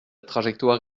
trajectoire